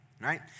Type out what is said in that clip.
Right